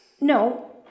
no